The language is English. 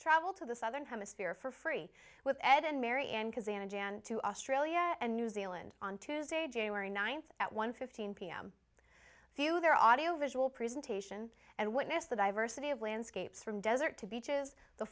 travel to the southern hemisphere for free with ed and mary and to australia and new zealand on tuesday january ninth at one fifteen pm through their audio visual presentation and witness the diversity of landscapes from desert to beaches the